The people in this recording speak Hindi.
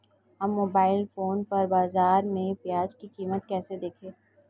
हम मोबाइल फोन पर बाज़ार में प्याज़ की कीमत कैसे देखें?